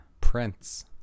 Prince